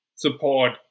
Support